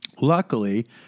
Luckily